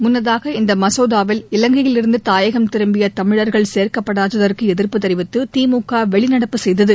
முன்னதாக இந்த மசோதாவில் இலங்கையிலிருந்து தாயகம் திரும்பிய தமிழர்கள் சேர்க்கப்படாததற்கு எதிர்ப்பு தெரிவித்து திமுக வெளிநடப்பு செய்தது